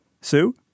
Sue